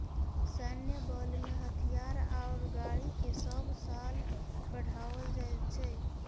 सैन्य बलमें हथियार आओर गाड़ीकेँ सभ साल बढ़ाओल जाइत छै